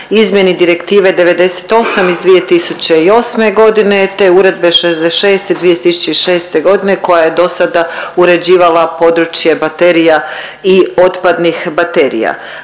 izmjeni Direktive 98 iz 2008.g. te Uredbe 66 iz 2006.g. koja je do sada uređivala područje baterija i otpadnih baterija.